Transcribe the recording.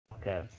Okay